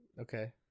Okay